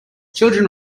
children